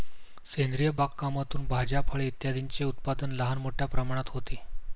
सेंद्रिय बागकामातून भाज्या, फळे इत्यादींचे उत्पादन लहान मोठ्या प्रमाणात होते